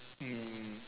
mm